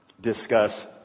discuss